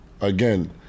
Again